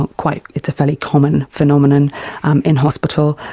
quite. it's a fairly common phenomenon in hospital,